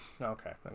Okay